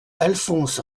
alphonse